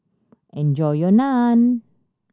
enjoy your Naan